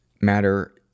matter